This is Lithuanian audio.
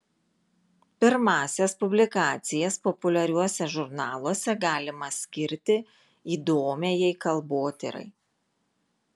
pirmąsias publikacijas populiariuose žurnaluose galima skirti įdomiajai kalbotyrai